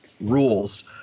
rules